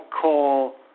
call